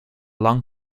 long